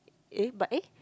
eh but eh